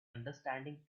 understanding